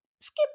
skip